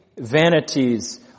vanities